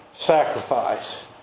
Sacrifice